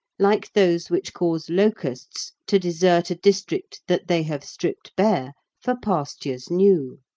like those which cause locusts to desert a district that they have stripped bare for pastures new.